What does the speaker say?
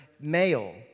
male